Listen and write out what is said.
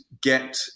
get